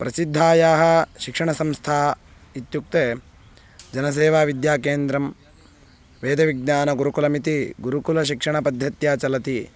प्रसिद्धायाः शिक्षणसंस्थायाः इत्युक्ते जनसेवाविद्याकेन्द्रं वेदविज्ञानगुरुकुलमिति गुरुकुलशिक्षणपद्धत्या चलति